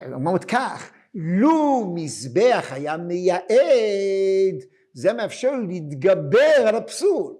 ‫אומרות כך, ‫לו מזבח היה מייעד, ‫זה מאפשר להתגבר על הפסול.